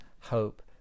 hope